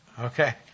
okay